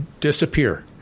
disappear